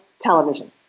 television